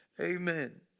Amen